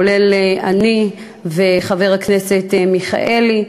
כולל אותי ואת חבר הכנסת מיכאלי,